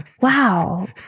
Wow